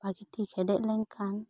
ᱵᱷᱟᱹᱜᱤ ᱴᱷᱤᱠ ᱦᱮᱰᱮᱡ ᱞᱮᱱ ᱠᱷᱟᱱ